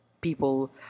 people